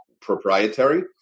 proprietary